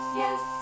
yes